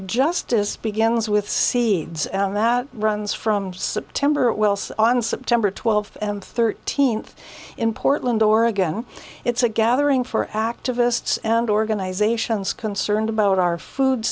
justice begins with seeds that runs from september welse on september twelfth and thirteenth in portland oregon it's a gathering for activists and organizations concerned about our food